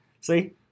See